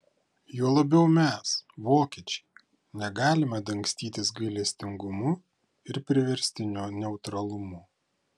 juo labiau mes vokiečiai negalime dangstytis gailestingumu ir priverstiniu neutralumu